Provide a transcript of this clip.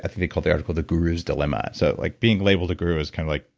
i think they called the article the guru's dilemma. so like being labeled a guru is kind of like,